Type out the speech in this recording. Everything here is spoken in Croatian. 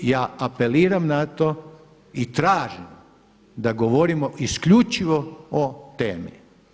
Ja apeliram na to i tražim da govorimo isključivo o temi.